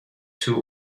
two